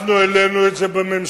אנחנו העלינו את זה בממשלה,